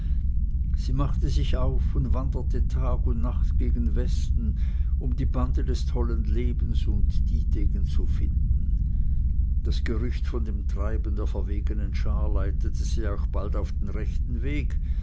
sie machte sich auf und wanderte tag und nacht gegen westen um die bande des tollen lebens und dietegen zu finden das gerücht von dem treiben der verwegenen schar leitete sie auch bald auf den rechten weg